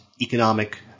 economic